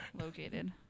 located